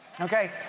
Okay